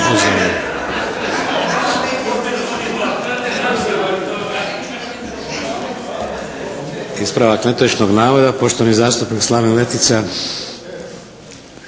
Ispravak netočnog navoda, poštovani zastupnik Slaven Letica.